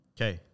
Okay